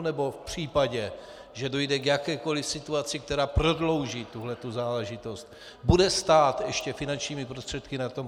Nebo v případě, že dojde k jakékoliv situaci, která prodlouží tuhle tu záležitost, bude stát ještě finančními prostředky na tom participovat?